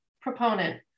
proponent